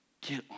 get